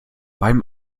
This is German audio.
beim